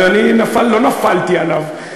ואני לא נפלתי עליו,